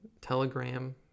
Telegram